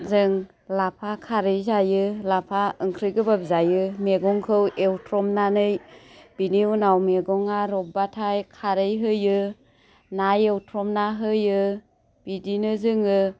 जों लाफा खारै जायो लाफा ओंख्रै गोबाब जायो मैगंखौ एवथ्रमनानै बिनि उनाव मैगङा रबबाथाय खारै होयो ना एवथ्रमना होयो बिदिनो जोङो